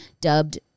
dubbed